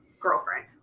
girlfriend